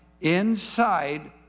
inside